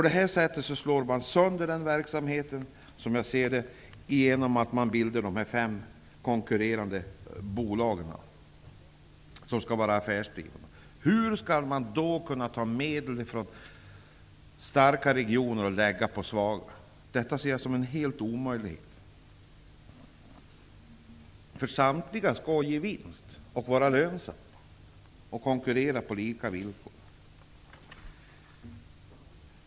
Genom att bilda dessa fem konkurrerande bolag som skall vara affärsdrivande slår man sönder den verksamheten. Hur skall man då kunna ta medel från starka regioner och lägga på svaga? Jag ser detta som en omöjlighet. Samtliga bolag skall ge vinst, vara lönsamma och konkurrera på lika villkor.